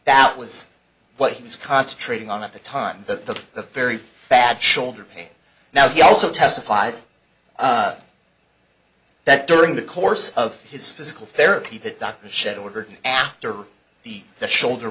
that was what he was concentrating on at the time to the very bad shoulder pain now he also testifies that during the course of his physical therapy that doctors should order after the shoulder